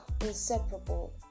inseparable